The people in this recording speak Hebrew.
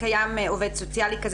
קיים עובד סוציאלי כזה,